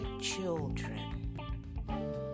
children